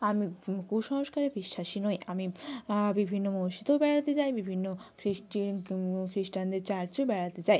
আমি কুসংস্কারে বিশ্বাসী নয় আমি বিভিন্ন মসজিদেও বেড়াতে যাই বিভিন্ন খ্রিস্টি খ্রিস্টানদের চার্চেও বেড়াতে যাই